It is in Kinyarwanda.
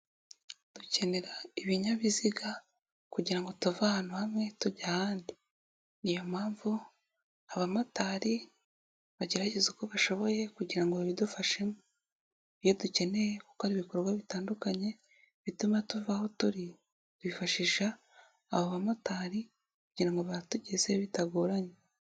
Dukenera ibinyabiziga kugira ngo tuve ahantu hamwe tujya ahandi, niyo mpamvu abamotari bagerageza uko bashoboye kugira ngo babidufashemo. Iyo dukeneye gukora ibikorwa bitandukanye bituma tuva aho turi twifashisha aba bamotari kugira ngo bahatugeze bitagoranye.